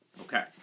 Okay